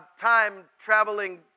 time-traveling